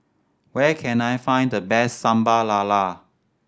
where can I find the best Sambal Lala